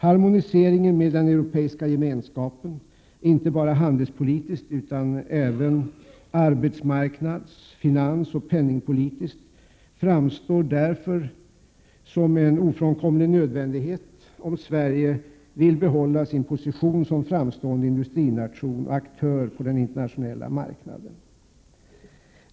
Harmoniseringen med den europeiska gemenskapen, inte bara handelspolitiskt utan även arbetsmarknads-, finansoch penningpolitiskt, framstår därför som en ofrånkomlig nödvändighet, om Sverige vill behålla sin position som framstående industrination och aktör på den internationella marknaden.